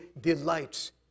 delights